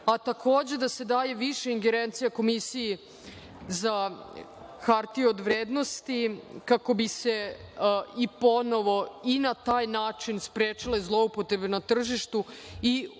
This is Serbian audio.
Takođe, da se daje više ingerencija Komisiji za hartije od vrednosti, kako bi se ponovo i na taj način sprečile zloupotrebe na tržištu i ojačalo